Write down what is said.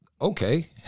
okay